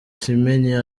kimenyi